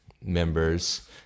members